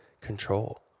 control